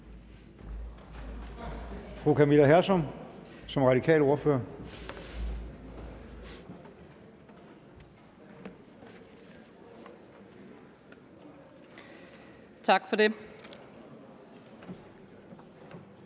Tak for det.